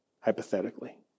hypothetically